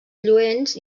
lluents